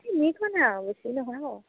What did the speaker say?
তিনিখনে আৰু বেছি নহয় আৰু